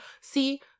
see